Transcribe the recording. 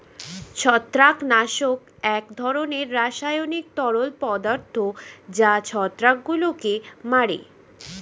ছত্রাকনাশক এক ধরনের রাসায়নিক তরল পদার্থ যা ছত্রাকগুলোকে মারে